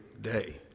day